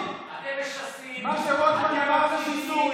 מה שרוטמן אמר זה שיסוי,